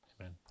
Amen